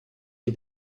die